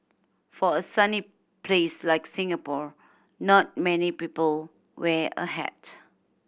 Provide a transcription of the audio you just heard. for a sunny place like Singapore not many people wear a hat